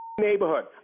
neighborhood